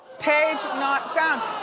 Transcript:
page not found.